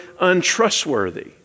untrustworthy